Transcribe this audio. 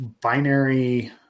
binary